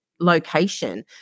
location